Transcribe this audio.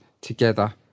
together